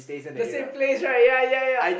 the same place right ya ya ya